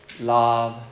love